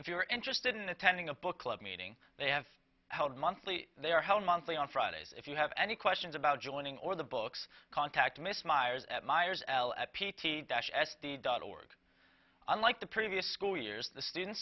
if you're interested in attending a book club meeting they have held monthly there hell monthly on fridays if you have any questions about joining or the books contact mr myers myers l a p a p s dot org unlike the previous school years the students